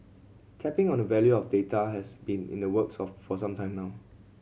tapping on the value of data has been in the works of for some time now